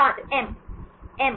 छात्र M M